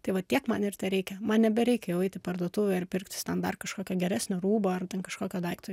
tai va tiek man ir tereikia man nebereikia jau eit į parduotuvę ir pirktis ten dar kažkokio geresnio rūbo ar ten kažkokio daikto